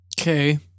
Okay